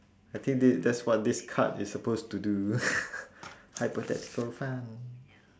I think thi~ that's what this card is supposed to do hypothetical fun